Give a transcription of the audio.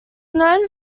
known